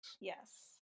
Yes